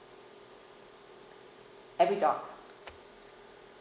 every do~